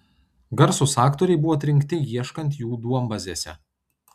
garsūs aktoriai buvo atrinkti ieškant jų duombazėse